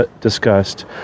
discussed